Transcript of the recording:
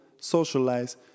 socialize